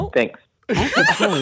Thanks